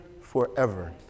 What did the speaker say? forever